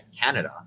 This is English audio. Canada